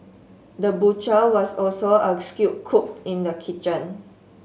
the butcher was also a skilled cook in the kitchen